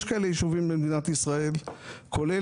יש כאלה יישובים במדינת ישראל כולל